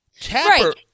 Tapper